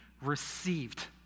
received